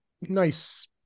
nice